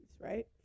right